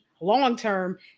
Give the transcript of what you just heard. long-term